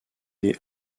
des